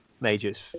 majors